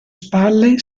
spalle